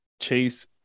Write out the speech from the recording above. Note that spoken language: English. Chase